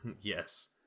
Yes